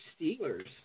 Steelers